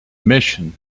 mission